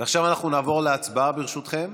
עכשיו אנחנו נעבור להצבעה, ברשותכם.